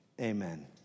Amen